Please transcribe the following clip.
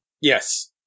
Yes